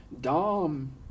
dom